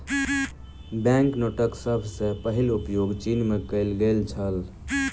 bank नोटक सभ सॅ पहिल उपयोग चीन में कएल गेल छल